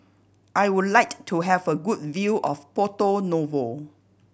I would like to have a good view of Porto Novo